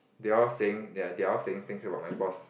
they're all saying they're they're all saying things about my boss